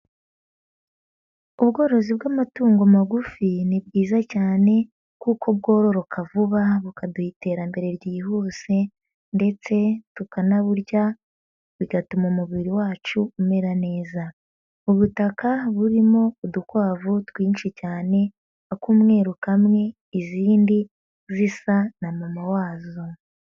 Ubworozi bw'amatungo magufi ni bwiza cyane kuko bwororoka vuba bukaduha iterambere ryihuse, ndetse tukanaburya bigatuma umubiri wacu umera neza, ubutaka burimo udukwavu twinshi cyane, ak'umweru kamwe izindi zisa na mama wazo.